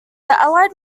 allied